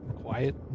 quiet